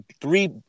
three